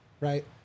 right